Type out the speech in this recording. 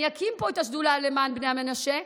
אני אקים פה את השדולה למען בני המנשה,